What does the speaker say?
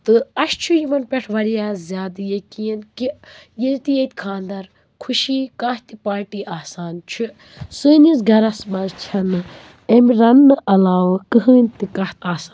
تہٕ اَسہِ چھِ یِمن پٮ۪ٹھ وارِیاہ زیادٕ یقیٖن کہِ ییٚلہِ تہِ ییٚتہِ خانٛدر خوشی کانٛہہ تہِ پاٹی آسان چھِ سٲنِس گَرس منٛز چھَنہٕ اَمہِ رنٛنہٕ علاو کٕہۭنۍ تہِ کَتھ آسان